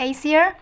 Asia